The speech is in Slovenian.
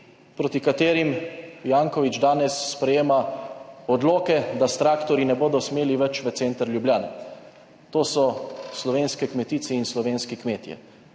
proti katerim Janković danes sprejema odloke, da s traktorji ne bodo smeli več v center Ljubljane. To so slovenske kmetice in slovenski kmetje.